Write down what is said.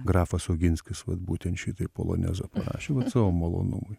grafas oginskis vat būtent šitaip polonezą parašė vat savo malonumui